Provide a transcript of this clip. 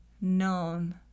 known